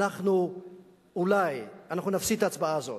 אנחנו אולי נפסיד את ההצבעה הזאת,